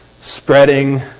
Spreading